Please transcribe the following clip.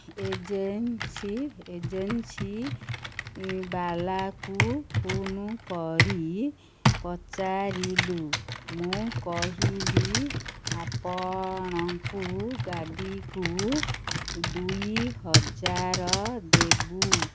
agency ଏଜେନ୍ସିବାଲାକୁ phone କରି ପଚାରିଲୁ ମୁଁ କହିଲି ଆପଣଙ୍କୁ ଗାଡ଼ିକୁ ଦୁଇ ହଜାର ଦେବୁ